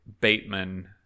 Bateman